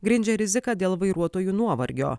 grindžia rizika dėl vairuotojų nuovargio